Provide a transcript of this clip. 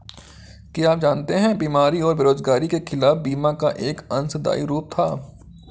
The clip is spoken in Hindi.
क्या आप जानते है बीमारी और बेरोजगारी के खिलाफ बीमा का एक अंशदायी रूप था?